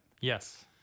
Yes